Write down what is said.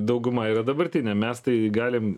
dauguma yra dabartinė mes tai galim